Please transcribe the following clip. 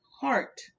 heart